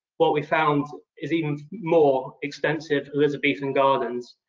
what we found is even more extensive elizabethan gardens.